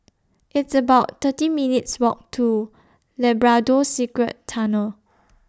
It's about thirteen minutes' Walk to Labrador Secret Tunnels